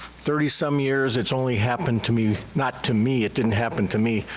thirty some years, it's only happened to me, not to me, it didn't happen to me,